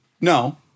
No